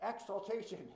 exaltation